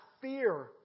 fear